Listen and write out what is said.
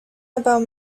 about